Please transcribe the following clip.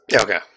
Okay